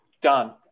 Done